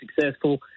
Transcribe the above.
successful